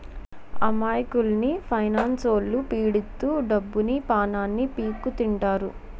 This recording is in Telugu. అమాయకుల్ని ఫైనాన్స్లొల్లు పీడిత్తు డబ్బుని, పానాన్ని పీక్కుతింటారు